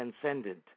transcendent